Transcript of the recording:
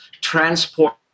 transport